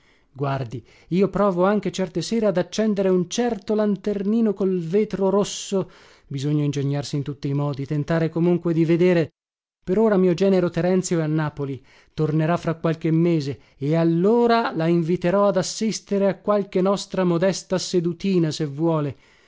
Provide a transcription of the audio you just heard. guardi io provo anche certe sere ad accendere un certo lanternino col vetro rosso bisogna ingegnarsi in tutti i modi tentar comunque di vedere per ora mio genero terenzio è a napoli tornerà fra qualche mese e allora la inviterò ad assistere a qualche nostra modesta sedutina se vuole